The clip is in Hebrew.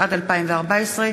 התשע"ד 2014,